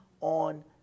on